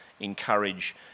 encourage